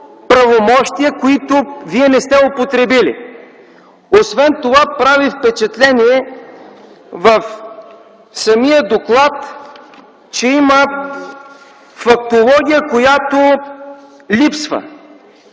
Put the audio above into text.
правомощия, които Вие не сте употребили. Освен това прави впечатление в самия доклад, че има фактология, която липсва